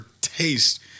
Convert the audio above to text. taste